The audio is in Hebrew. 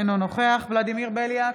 אינו נוכח ולדימיר בליאק,